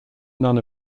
none